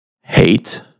hate